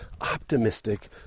optimistic